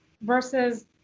versus